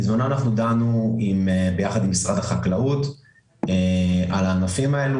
בזמנו אנחנו דנו ביחד עם משרד החקלאות על הענפים האלה,